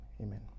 amen